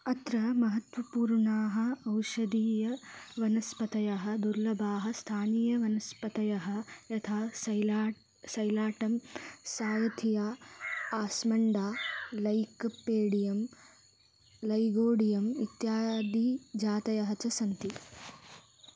अत्र महत्त्वपूर्णाः औषधीयवनस्पतयः दुर्लभाः स्थानीयवनस्पतयः यथा सेलाट् सैलाटं सायथिया आस्मण्डा लैक् पेडियं लैगोडियम् इत्यादिजातयः च सन्ति